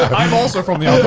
ah i'm also from the